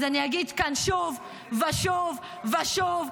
אז אני אגיד כאן שוב ושוב ושוב ושוב,